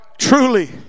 truly